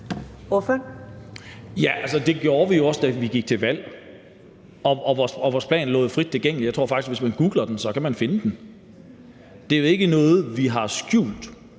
det gjorde vi jo også, da vi gik til valg, og vores plan lå frit tilgængeligt. Jeg tror faktisk, at hvis man googler den, kan man finde den. Det er ikke noget, vi har skjult.